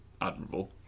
admirable